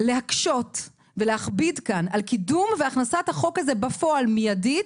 להקשות ולהכביד כאן על קידום והכנסת החוק הזה מיידית בפועל,